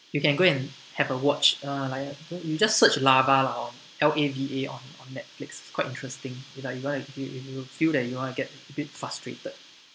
you can go and have a watch uh like you just search lava lah or L_A_V_A on on netflix is quite interesting is like you wanna keep it with you feel that you wanna get a bit frustrated